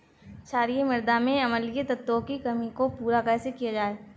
क्षारीए मृदा में अम्लीय तत्वों की कमी को पूरा कैसे किया जाए?